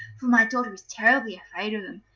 for my daughter is terribly afraid of them.